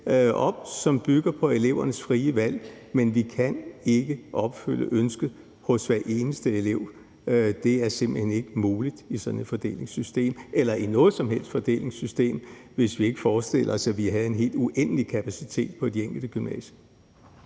som bygger på elevernes frie valg, men vi kan ikke opfylde ønsket hos hver eneste elev. Det er simpelt hen ikke muligt i sådan et fordelingssystem eller i noget som helst fordelingssystem, hvis vi ikke forestiller os, at vi har en uendelig kapacitet på de enkelte gymnasier.